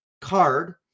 card